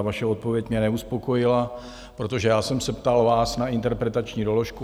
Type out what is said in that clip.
Vaše odpověď mě neuspokojila, protože já jsem se vás ptal na interpretační doložku.